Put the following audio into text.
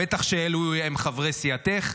בטח אלו הם חברי סיעתך.